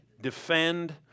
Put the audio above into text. Defend